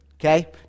Okay